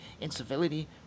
incivility